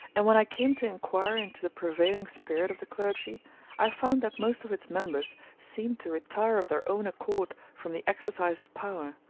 and when i came to inquire into the prevailing spirit of the clergy i found that most of its members seemed to retire of their own accord from the exercise of power,